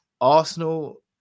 Arsenal